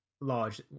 large